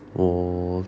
我